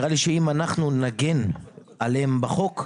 נראה שאם אנחנו נגן עליהן בחוק,